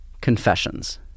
Confessions